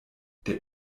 der